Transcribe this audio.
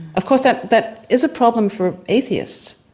of course that that is a problem for atheists,